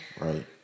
Right